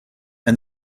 and